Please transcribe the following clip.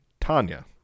Tanya